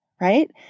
right